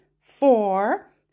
four